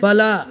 ಬಲ